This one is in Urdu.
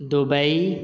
دبئی